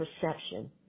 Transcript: perception